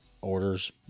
orders